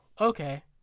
okay